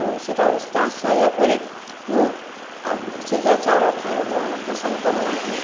ଓ ସେଟା ସେଟା ଆସି ସାଇଲା ପରେ ମୁଁ ଆଉ ସିଝା ଚାଉଳ ଖାଇବାକୁ ଆମେ ପସନ୍ଦ କରୁନାହିଁ